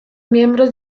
miembros